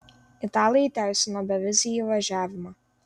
italai įteisino bevizį įvažiavimą